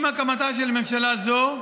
עם הקמתה של ממשלה זו,